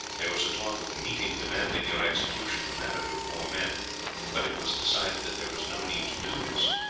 there was a talk of the meeting demanding your execution and that of your four men but it was decided that there was no need to do this,